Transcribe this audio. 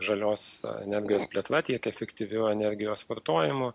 žalios energijos plėtra tiek efektyviu energijos vartojimu